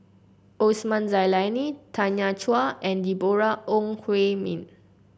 Osman Zailani Tanya Chua and Deborah Ong Hui Min